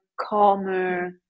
calmer